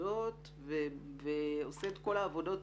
במסעדות ועושה את כל העבודות